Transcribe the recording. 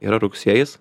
yra rugsėjis